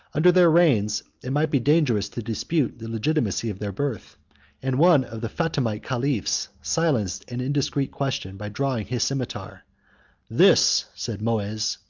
under their reigns it might be dangerous to dispute the legitimacy of their birth and one of the fatimite caliphs silenced an indiscreet question by drawing his cimeter this, said moez,